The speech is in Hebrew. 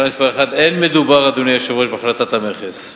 1. לא מדובר, אדוני היושב-ראש, בהחלטת המכס.